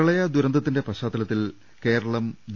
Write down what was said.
പ്രളയ ദുരന്തത്തിന്റെ പശ്ചാത്തലത്തിൽ കേരളം ജി